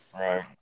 Right